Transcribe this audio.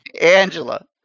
Angela